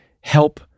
help